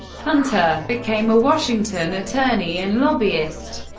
hunter, became a washington attorney and lobbyist.